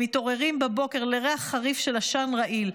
הם מתעוררים בבוקר לריח חריף של עשן רעיל.